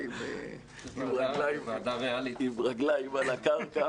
את כל הדברים האלה שמדינת ישראל פשוט לא יכולה להתקיים בלעדיהם.